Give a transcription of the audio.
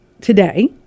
today